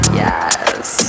yes